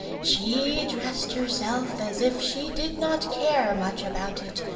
she dressed herself as if she did not care much about it,